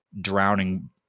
drowning